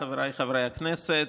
חבריי חברי הכנסת,